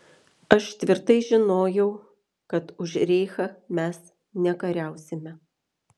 aš tvirtai žinojau kad už reichą mes nekariausime